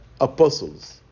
apostles